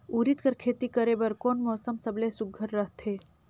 उरीद कर खेती करे बर कोन मौसम सबले सुघ्घर रहथे?